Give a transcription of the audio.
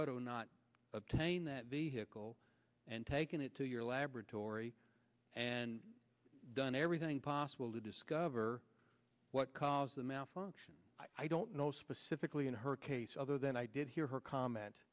toyota not obtained that vehicle and taken it to your laboratory and done everything possible to discover what caused the malfunction i don't know specifically in her case other than i did hear her com